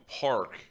Park